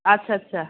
আচ্ছা আচ্ছা